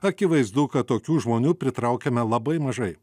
akivaizdu kad tokių žmonių pritraukiame labai mažai